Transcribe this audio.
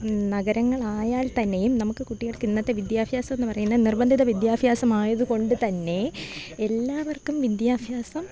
നഗരങ്ങളായാൽ തന്നെയും നമുക്ക് കുട്ടികൾക്ക് ഇന്നത്തെ വിദ്യാഭ്യാസമെന്ന് പറയുന്നത് നിർബന്ധിത വിദ്യാഭ്യാസമായത് കൊണ്ട് തന്നെ എല്ലാവർക്കും വിദ്യാഭ്യാസം